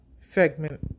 segment